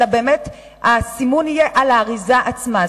אלא באמת הסימון יהיה על האריזה עצמה,